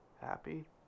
happy